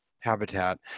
habitat